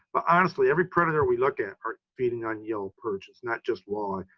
but honestly, every predator we look at are feeding on yellow perch, it's not just walleye,